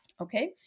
okay